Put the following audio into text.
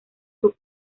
sus